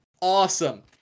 awesome